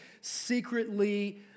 secretly